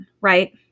Right